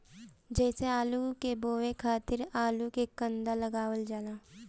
जइसे आलू के बोए खातिर आलू के कंद लगावल जाला